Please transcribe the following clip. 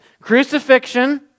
crucifixion